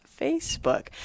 Facebook